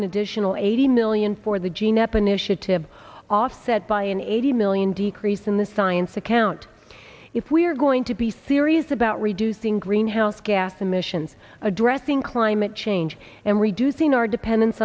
an additional eighty million for the gene up an issue to be offset by an eighty million decrease in the science account if we are going to be serious about reducing greenhouse gas emissions addressing climate change and reducing our dependence